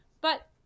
But-